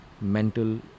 mental